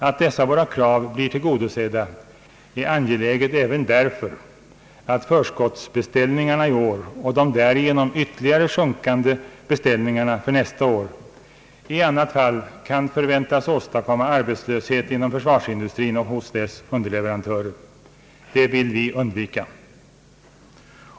Att dessa våra krav blir tillgodosedda är angeläget även därför, att förskottsbeställningarna i år och den därigenom ytterligare sjunkande beställningsvolymen för nästa år i annat fall kan förväntas åstadkomma arbetslöshet inom försvarsindustrin och hos dess underleverantörer. Det vill vi undvika.